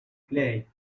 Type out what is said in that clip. play